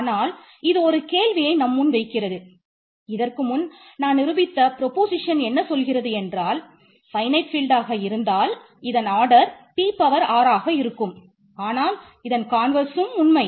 order உண்மை